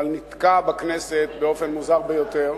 אבל נתקע בכנסת באופן מוזר ביותר,